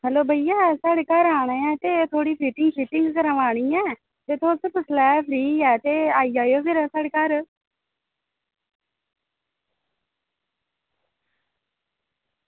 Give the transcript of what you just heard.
hello भैया साढ़े घर आना ऐ ते थोह्ड़ी फिटिंग शिटिंग करोवानी ऐ तुस दिक्खी लैओ फ्री ऐ ते आई जाएओ फिर साढ़े घर